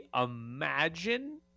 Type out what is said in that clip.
imagine